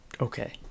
okay